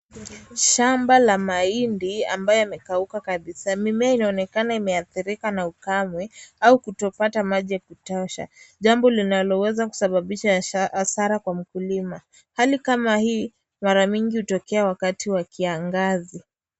Shamba la mahindi ambayo yamekauka kabisa, mimea inaonekana imeathirika na ukame au kutopata maji ya kutosha jambo linaloweza kusababisha hasara kwa mkulima hali kama hii mara mingi hutokea wakati wa kiangazi.